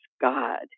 God